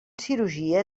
cirurgia